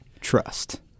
Trust